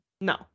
No